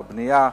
של הבנייה,